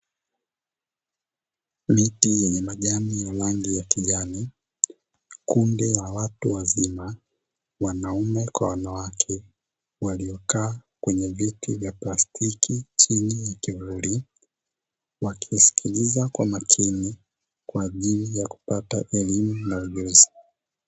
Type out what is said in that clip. Miti yenye majani ya rangi ya kijani, kundi la watu wazima wanaume kwa wanawake waliokaa kwenye viti vya plastiki chini ya kivuli wakiskiliza kwa makini kwa ajili ya kupata elimu na ujuzi.